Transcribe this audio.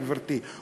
אני מסיים, גברתי.